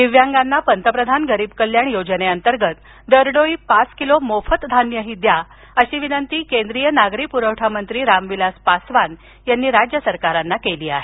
दिव्यांगाना पंतप्रधान गरीब कल्याण योजनेअंतर्गत दरडोई पाच किलो मोफत धान्यही द्या अशी विनंती केंद्रीय नागरीपुरवठा मंत्री रामविलास पासवान यांनी राज्य सरकारांना केली आहे